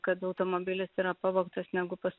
kad automobilis yra pavogtas negu pas